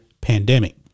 pandemic